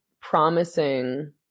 promising